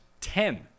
ten